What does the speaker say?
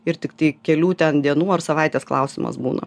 ir tiktai kelių ten dienų ar savaitės klausimas būna